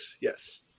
Yes